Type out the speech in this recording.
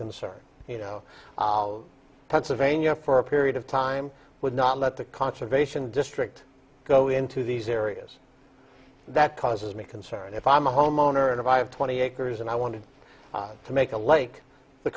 concern you know pennsylvania for a period of time would not let the conservation district go into these areas that causes me concern if i'm a homeowner and if i have twenty acres and i wanted to make a lake the